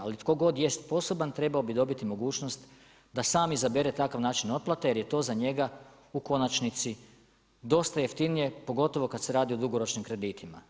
Ali tko god je sposoban trebao bi dobiti mogućnost da sam izabere takav način otplate jer je to za njega u konačnici dosta jeftinije pogotovo kad se radi o dugoročnim kreditima.